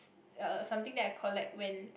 uh something that I collect when